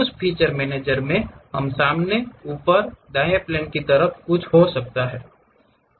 उस feature manager में हम सामने ऊपर दाएं प्लेन की तरह कुछ हो सकते हैं